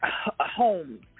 homes